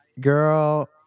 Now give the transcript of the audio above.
girl